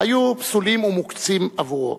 היו פסולים ומוקצים עבורו,